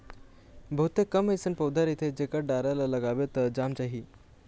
बहुते कम अइसन पउधा रहिथे जेखर डारा ल लगाबे त जाम जाही